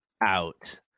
out